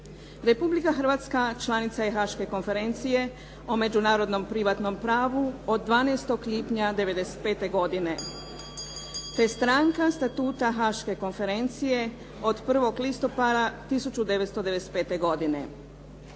Republika Hrvatska članica je Haaške konferencije o međunarodnom privatnom pravu od 12. lipnja 1995. godine te stranka Statuta Haške konferencije od 1. listopada 1995. godine.